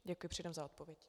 Děkuji předem za odpověď.